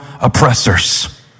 oppressors